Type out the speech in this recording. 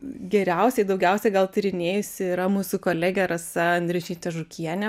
geriausiai daugiausiai gal tyrinėjusi yra mūsų kolegė rasa andriušytė žukienė